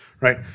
right